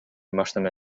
машина